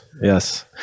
yes